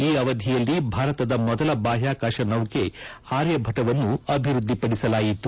ಈ ಅವಧಿಯಲ್ಲಿ ಭಾರತದ ಮೊದಲ ಬಾಹ್ಯಾಕಾಶ ನೌಕೆ ಆರ್ಯಭಟವನ್ನು ಅಭಿವೃದ್ಧಿಪಡಿಸಲಾಯಿತು